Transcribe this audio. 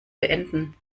beenden